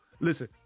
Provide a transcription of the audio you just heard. listen